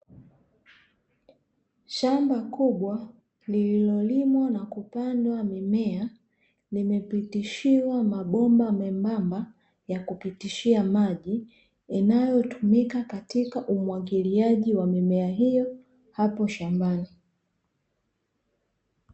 Shamba kubwa lililomwa na kupandwa mimea, limepitishiwa mabomba membamba ya kupitishia maji inayotumika katika umwagiliaji wa mimea hiyo hapo shambani.